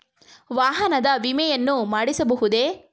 ವಾಹನದ ವಿಮೆಯನ್ನು ಮಾಡಿಸಬಹುದೇ?